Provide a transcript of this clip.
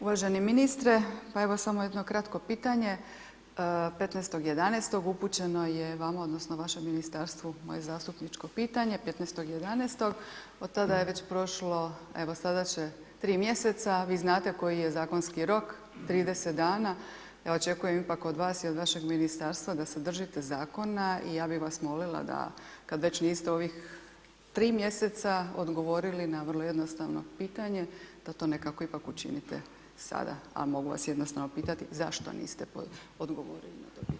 Uvaženi ministre, pa evo samo jedno kratko pitanje, 15. 11. upućeno je vama odnosno vašem ministarstvu moje zastupničko pitanje, 15. 11., od tada je već prošlo evo sada će 3 mj., vi znate koji je zakonski rok, 30 dana, ja očekujem ipak od vas i vašeg ministarstva da se držite zakona i ja bi vas molila da kad već niste ovih 3 mj., odgovorili na vrlo jednostavno pitanje, da to nekako ipak učinite sada a mogu vas jednostavno pitati zašto odgovorili na to pitanje.